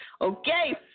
Okay